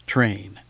Train